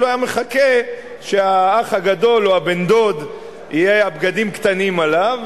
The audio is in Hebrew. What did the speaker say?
אלא הוא היה מחכה שהאח הגדול או הבן-דוד יהיו הבגדים קטנים עליו,